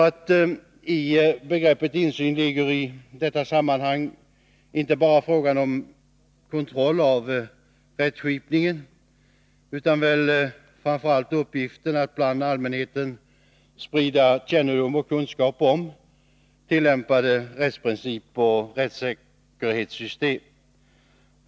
I begreppet insyn ligger i detta sammanhang inte bara en kontroll av rättskipningen, utan framför allt uppgiften att bland allmänheten sprida kännedom och kunskap om tillämpade rättsprinciper och rättssäkerhetssystem.